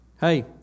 Hey